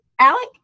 alec